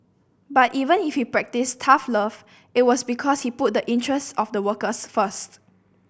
but even if he practised tough love it was because he put the interests of the workers first